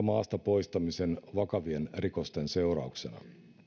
maasta poistamisen vakavien rikosten seurauksena